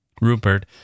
Rupert